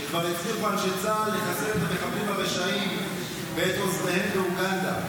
שכבר הצליחו אנשי צה"ל לחסל את המחבלים הרשעים ואת עוזריהם באוגנדה,